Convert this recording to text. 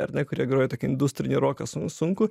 ar ne kurie groja tokį industrinį roką sun sunkų